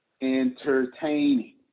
entertaining